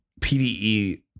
PDE